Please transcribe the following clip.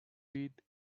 beat